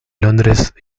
londres